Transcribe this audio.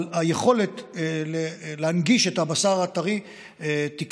אבל היכולת להנגיש את הבשר הטרי תקטן.